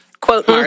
quote